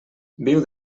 viu